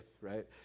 right